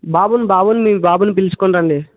బాబుని బాబుని మీ బాబుని పిలుచుకుని రండి